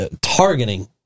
targeting